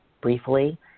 briefly